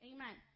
Amen